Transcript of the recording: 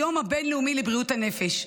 היום הבין-לאומי לבריאות הנפש,